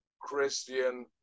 christian